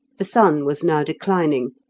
the sun was now declining,